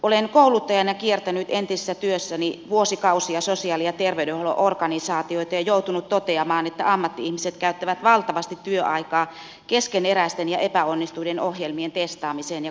olen kouluttajana kiertänyt entisessä työssäni vuosikausia sosiaali ja terveydenhuollon organisaatioita ja joutunut toteamaan että ammatti ihmiset käyttävät valtavasti työaikaa keskeneräisten ja epäonnistuneiden ohjelmien testaamiseen ja kokeiluun